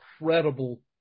incredible